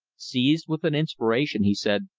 seized with an inspiration, he said,